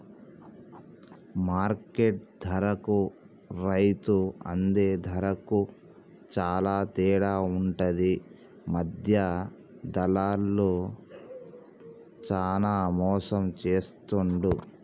market ధరకు రైతు అందే ధరకు చాల తేడా ఉంటది మధ్య దళార్లు చానా మోసం చేస్తాండ్లు